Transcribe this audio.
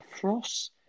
frost